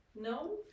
No